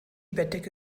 bettdecke